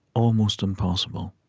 almost impossible,